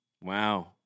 Wow